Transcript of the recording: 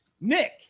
Nick